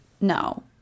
No